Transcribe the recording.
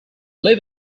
live